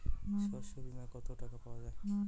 শস্য বিমায় কত টাকা পাওয়া যায়?